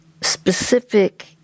specific